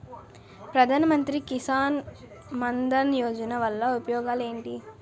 ప్రధాన మంత్రి కిసాన్ మన్ ధన్ యోజన వల్ల ఉపయోగాలు ఏంటి?